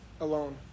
alone